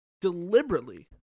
deliberately